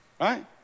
Right